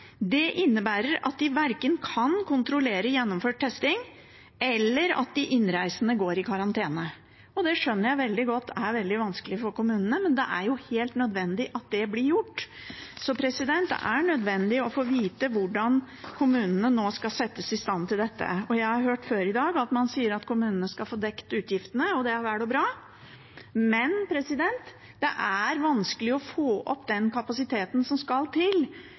Det innebærer at de verken kan kontrollere at testing er gjennomført eller at de innreisende går i karantene. Det skjønner jeg veldig godt er veldig vanskelig for kommunene, men det er helt nødvendig at det blir gjort. Det er nødvendig å få vite hvordan kommunene nå skal settes i stand til dette. Før i dag har jeg hørt at man sier at kommunene skal få dekket utgiftene, og det er vel og bra, men det er vanskelig å få opp den kapasiteten som skal til.